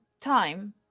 time